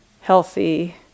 healthy